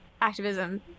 activism